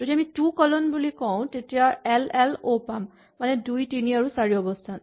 আমি যদি two column বুলি কওঁ তেতিয়া এল এল অ' পাম মানে দুই তিনি আৰু চাৰি অৱস্হান